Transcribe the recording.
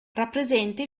rappresenta